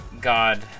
God